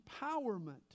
empowerment